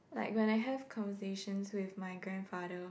like when I have conversations with my grand father